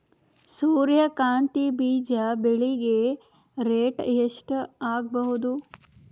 ಸೂರ್ಯ ಕಾಂತಿ ಬೀಜ ಬೆಳಿಗೆ ರೇಟ್ ಎಷ್ಟ ಆಗಬಹುದು?